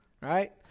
Right